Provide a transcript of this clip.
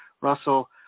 Russell